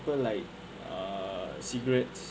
like uh cigarettes